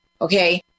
okay